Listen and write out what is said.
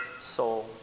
soul